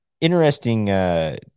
interesting